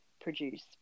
produce